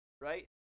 right